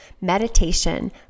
meditation